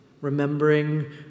remembering